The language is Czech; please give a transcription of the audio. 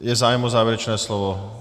Je zájem o závěrečné slovo?